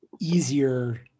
easier